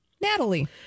Natalie